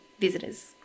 visitors